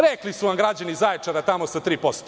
Rekli su vam građani iz Zaječara tamo sa 3%